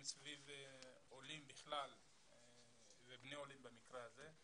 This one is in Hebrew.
סביב עולים בכלל ובני עולים במקרה הזה.